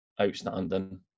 Outstanding